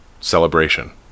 Celebration